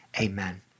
Amen